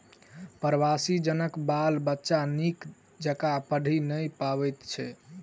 प्रवासी जनक बाल बच्चा नीक जकाँ पढ़ि नै पबैत छै